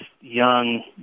young